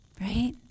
Right